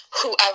whoever